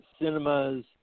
cinemas